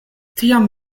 tiam